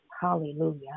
hallelujah